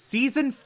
Season